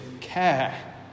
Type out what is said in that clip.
care